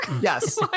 Yes